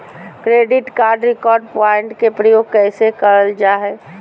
Credit card reward point के प्रयोग कैसे करल जा है?